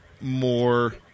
more